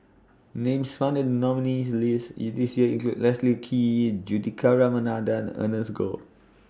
Names found in The nominees' list This Year include Leslie Kee Juthika Ramanathan and Ernest Goh